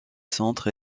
centres